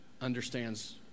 understands